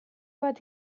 bat